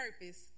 purpose